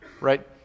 Right